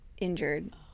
injured